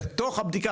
בתוך הבדיקה,